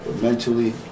mentally